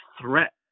threat